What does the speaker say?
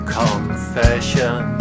confession